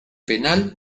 penal